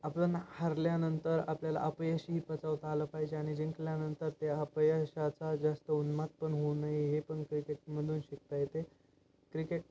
आपण हरल्यानंतर आपल्याला अपयशही पचवता आलं पाहिजे आणि जिंकल्यानंतर त्या अपयशाचा जास्त उन्माद पण होऊ नये हे पण क्रिकेटमधून शिकता येते क्रिकेट